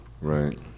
right